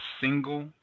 single